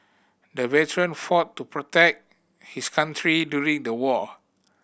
the veteran fought to protect his country during the war